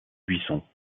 buissons